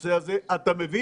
לנושא הזה, אתה מבין